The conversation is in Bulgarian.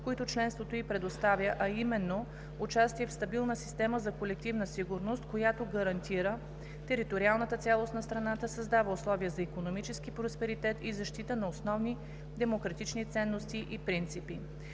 които членството ѝ предоставя, а именно – участие в стабилна система за колективна сигурност, която гарантира териториалната цялост на страната, създава условия за икономически просперитет и защита на основни демократични ценности и принципи.